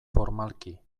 formalki